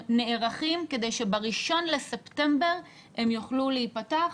נערכים כדי שב-1 בספטמבר הם יוכלו להיפתח,